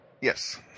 Yes